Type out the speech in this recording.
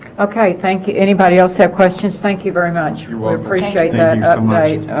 okay thank you anybody else have questions thank you very much you will appreciate that i might